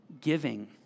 giving